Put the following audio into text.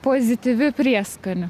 pozityviu prieskoniu